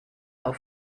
auf